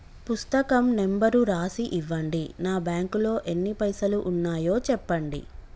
పుస్తకం నెంబరు రాసి ఇవ్వండి? నా బ్యాంకు లో ఎన్ని పైసలు ఉన్నాయో చెప్పండి?